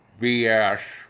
BS